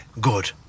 good